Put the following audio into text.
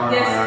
Yes